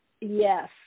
Yes